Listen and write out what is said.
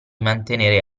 mantenere